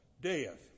death